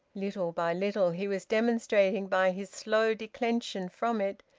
little by little he was demonstrating, by his slow declension from it,